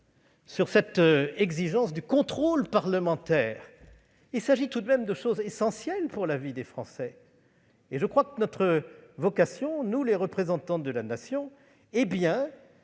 sur cette exigence du contrôle parlementaire. Il s'agit tout de même de choses essentielles pour la vie des Français, et je crois que notre vocation, en tant que représentants de la Nation, est bien